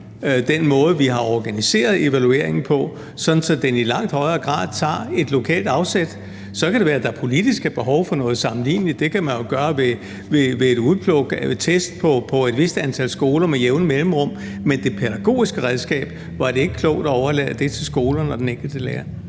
den måde, vi har organiseret evalueringen på, sådan at den i langt højere grad tager et lokalt afsæt. Så kan det være, at der politisk er behov for noget sammenligneligt – det kan man jo gøre ved et udpluk af test på et vist antal skoler med jævne mellemrum. Men var det ikke klogt at overlade det pædagogiske redskab til skolerne